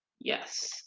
Yes